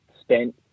spent